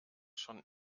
schon